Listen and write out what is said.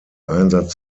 einsatz